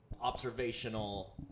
observational